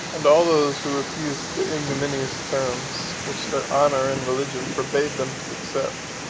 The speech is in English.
and all those who refused the ignominious terms, which their honor and religion forbade them to accept,